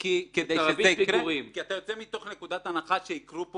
כי אתה יוצא מתוך נקודת הנחה שיקרה פה